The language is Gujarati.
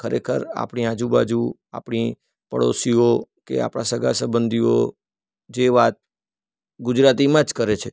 ખરેખર આપણી આજુ બાજુ આપણી પાડોશીઓ કે આપણાં સગા સબંધીઓ જે વાત ગુજરાતીમાં જ કરે છે